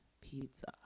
pizza